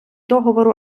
договору